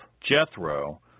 Jethro